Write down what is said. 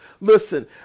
Listen